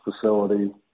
facility